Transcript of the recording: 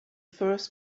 first